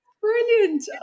brilliant